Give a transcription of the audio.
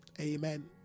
amen